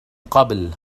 قبل